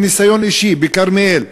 מניסיון אישי: בכרמיאל,